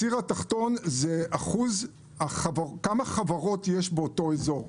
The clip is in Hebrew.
הציר התחתון כמה חברות יש באותו אזור.